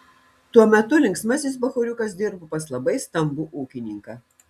tuo metu linksmasis bachūriukas dirbo pas labai stambų ūkininką